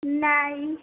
नाही